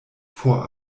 for